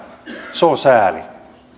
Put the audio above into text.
se on sääli